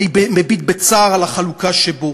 אני מביט בצער על החלוקה שבו,